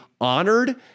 honored